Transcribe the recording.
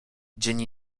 dzień